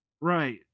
Right